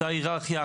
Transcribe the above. אותה היררכיה,